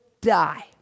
die